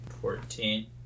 Fourteen